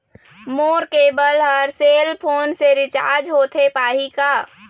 मोर केबल हर cell phone से रिचार्ज होथे पाही का?